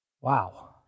Wow